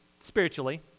spiritually